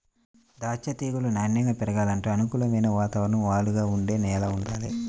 దాచ్చా తీగలు నాన్నెంగా పెరగాలంటే అనుకూలమైన వాతావరణం, వాలుగా ఉండే నేల వుండాలి